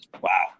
Wow